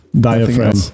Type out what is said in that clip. diaphragm